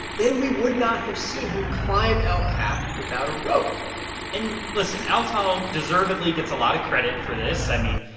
then we would not have seen him climb el cap without a rope and listen alex honnold deservedly gets a lot of credit for this. i mean,